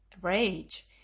rage